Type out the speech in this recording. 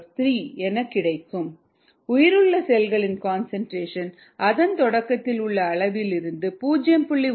xvoxv110 3103 உயிருள்ள செல்களின் concentration அதன் தொடக்கத்தில் உள்ள அளவிலிருந்து 0